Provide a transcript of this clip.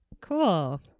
Cool